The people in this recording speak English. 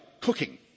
cooking